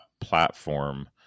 platform